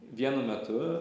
vienu metu